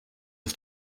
his